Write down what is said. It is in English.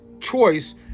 choice